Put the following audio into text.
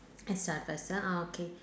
I start first ah uh okay